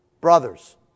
Brothers